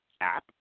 app